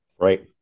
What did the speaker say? Right